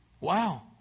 Wow